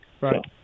Right